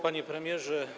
Panie Premierze!